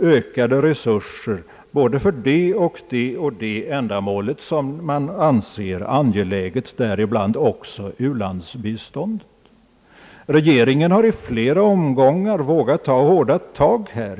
ökade resurser behövs för det ena och det andra ändamålet som man anser angeläget, däribland också u-landsbiståndet. Regeringen har i flera omgångar vågat ta hårda tag i det avseendet.